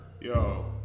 Yo